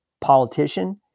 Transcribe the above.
politician